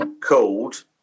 called